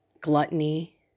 gluttony